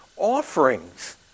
offerings